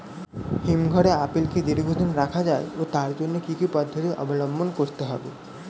হিমঘরে আপেল কি দীর্ঘদিন রাখা যায় ও তার জন্য কি কি পদ্ধতি অবলম্বন করতে হবে?